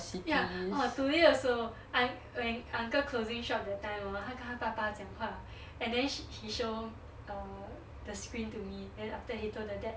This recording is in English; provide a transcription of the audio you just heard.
ya orh today also I when uncle closing shop that time hor 他跟他爸爸讲话 and then he show uh the screen to me then after that he told the dad